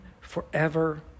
forever